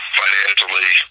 financially